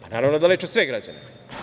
Pa, naravno da leče sve građane.